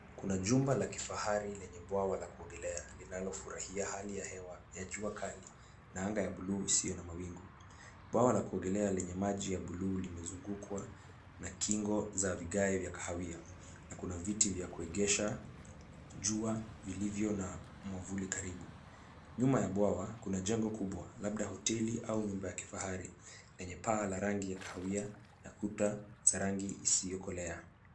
Kuna jumba la kifahari lenye bwawa la kuogelea, linafurahia hali ya hewa ya jua kali, na anga ya buluu isiyo mawingu. Bwawa la kuogelea lenye maji ya buluu limezungukwa na kingo za vigae vya kahawia na kuna viti vya kuegesha jua vilivyo na mwavuli karibu. Nyuma ya bwawa kuna jengo kubwa, labda hoteli au nyumba ya kifahari, lenye paa la rangi ya kahawia na kuta za rangi isiyokolea.